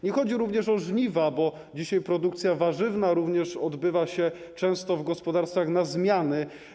Nie chodzi tylko o żniwa, bo dzisiaj produkcja warzywna również odbywa się często w gospodarstwach na zmiany.